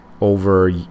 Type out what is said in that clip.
over